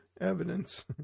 evidence